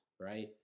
right